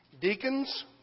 deacons